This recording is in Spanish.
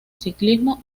ciclismo